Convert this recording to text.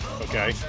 Okay